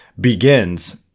begins